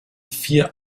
vier